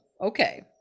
okay